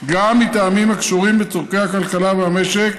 גם מטעמים הקשורים בצורכי הכלכלה והמשק,